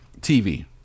TV